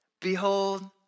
Behold